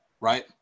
right